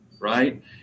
right